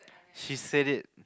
she said it